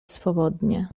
swobodnie